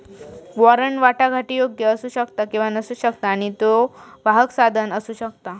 warrant वाटाघाटीयोग्य असू शकता किंवा नसू शकता आणि त्यो वाहक साधन असू शकता